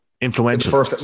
Influential